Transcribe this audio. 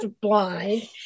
blind